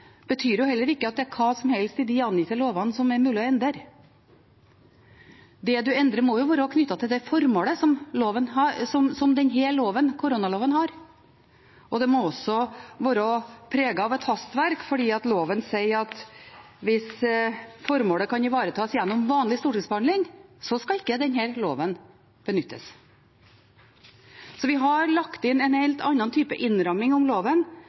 betyr jo ikke at det er hva som helst i de angitte lovene som er mulig å endre. Det en endrer, må være knyttet til det formålet som denne loven, koronaloven, har, og det må også være preget av et hastverk, for loven sier at hvis formålet kan ivaretas gjennom vanlig stortingsbehandling, skal ikke denne loven benyttes. Så vi har lagt inn en helt annen type innramming om loven,